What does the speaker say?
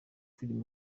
filime